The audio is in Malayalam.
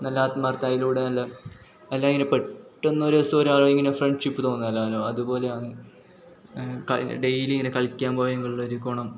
നല്ല ആത്മാർത്ഥത അതിലൂടെ നല്ല അല്ലായിന് പെട്ടെന്ന് ഒരു ദിവസം ഒരാളെ ഇങ്ങനെ ഫ്രണ്ട്ഷിപ്പ് തോന്നേലാല്ലൊ അതുപോലെ ആണ് ഡെയിലി ഇങ്ങനെ കളിക്കാൻ പോയെങ്കിൽ ഉള്ള ഒരു ഗുണം